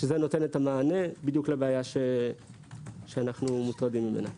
שזה נותן את המענה בדיוק לבעיה שאנחנו נמצאים בה.